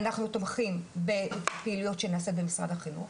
אנחנו תומכים בפעילויות שנעשות במשרד החינוך.